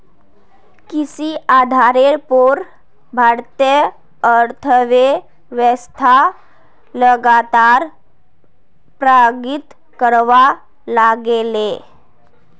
कृषि आधारेर पोर भारतीय अर्थ्वैव्स्था लगातार प्रगति करवा लागले